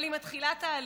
אבל היא מתחילה תהליך,